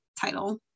title